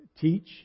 teach